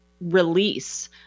release